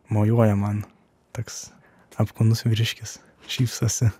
mojuoja man toks apkūnus vyriškis šypsosi